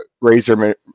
Razor